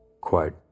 Quote